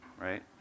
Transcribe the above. right